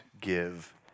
Give